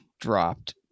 dropped